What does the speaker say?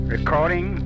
Recording